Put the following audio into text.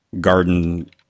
garden